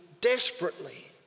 desperately